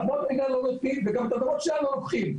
את האדמות המדינה לא נותנים וגם את האדמות שלנו לוקחים,